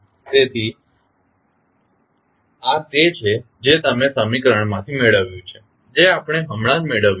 તેથી આ તે છે જે તમે સમીકરણમાંથી મેળવ્યું જે આપણે હમણાં જ મેળવ્યું હતું